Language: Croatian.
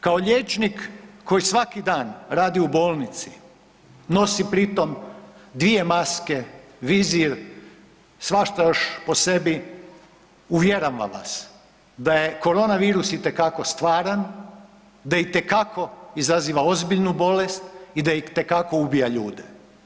Kao liječnik koji svaki dan radi u bolnici, nosi pri tom dvije maske, vizir, svašta još po sebi uvjeravam vas da je korona virus itekako stvaran, da itekako izaziva ozbiljnu bolest i da itekako ubija ljude.